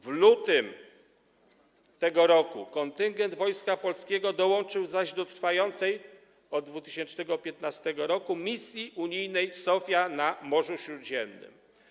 W lutym tego roku kontyngent Wojska Polskiego dołączył zaś do trwającej od 2015 r. misji unijnej „Sophia” na Morzu Śródziemnym.